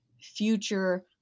future